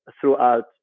throughout